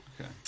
Okay